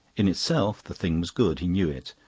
in itself, the thing was good he knew it.